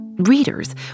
Readers